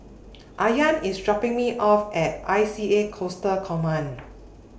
Ayaan IS dropping Me off At I C A Coastal Command